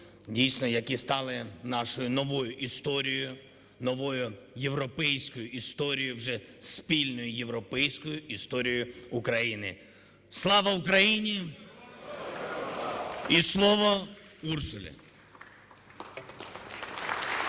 які стали нашою новою історією, новою європейською історією, вже спільною європейською історією України. Слава Україні! І слово Урсулі.